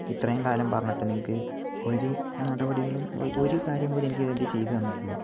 ഇത്രേം കാലം പറഞ്ഞിട്ട് നിങ്ങൾക്ക് ഒരു നടപടികളും ഒരു കാര്യം പോലും എനിക്ക് വേണ്ടി ചെയ്ത് തന്നിട്ടില്ല